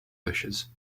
bushes